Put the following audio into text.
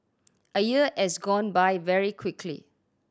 a year has gone by very quickly